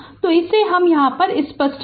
तो इसे हम यहाँ स्पष्ट कर दे